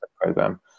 program